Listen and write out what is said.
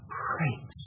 great